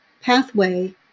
pathway